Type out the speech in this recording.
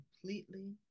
completely